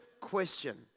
question